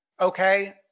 okay